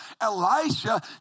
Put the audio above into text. Elisha